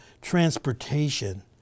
transportation